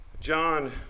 John